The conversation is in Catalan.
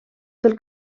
del